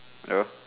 hello